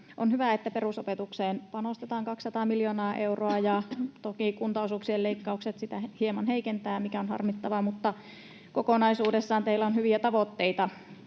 On hyvä, että perusopetukseen panostetaan 200 miljoonaa euroa. Toki kuntaosuuksien leikkaukset sitä hieman heikentävät, mikä on harmittavaa, mutta kokonaisuudessaan teillä on hyviä tavoitteita